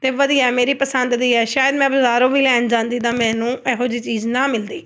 ਅਤੇ ਵਧੀਆ ਮੇਰੀ ਪਸੰਦ ਦੀ ਹੈ ਸ਼ਾਇਦ ਮੈਂ ਬਾਜ਼ਾਰੋਂ ਵੀ ਲੈਣ ਜਾਂਦੀ ਤਾਂ ਮੈਨੂੰ ਇਹੋ ਜਿਹੀ ਚੀਜ਼ ਨਾ ਮਿਲਦੀ